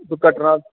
उत्थूं कटरा